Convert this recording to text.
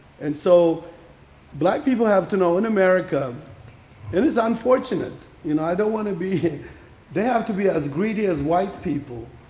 and so black people have to know in america it is unfortunate. i don't want to be they have to be as greedy as white people